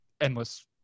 endless